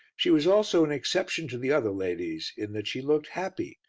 she was also an exception to the other ladies in that she looked happy,